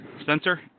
Spencer